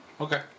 Okay